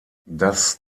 das